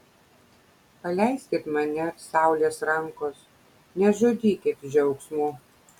paleiskit mane saulės rankos nežudykit džiaugsmu